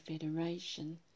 Federation